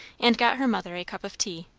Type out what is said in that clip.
and got her mother a cup of tea.